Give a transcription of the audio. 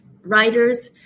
writers